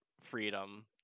freedom